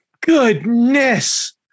goodness